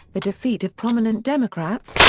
the defeat of prominent democrats,